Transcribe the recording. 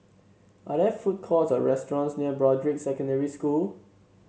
are there food courts or restaurants near Broadrick Secondary School